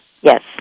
Yes